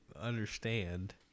understand